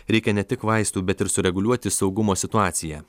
reikia ne tik vaistų bet ir sureguliuoti saugumo situaciją